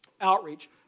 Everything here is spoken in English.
outreach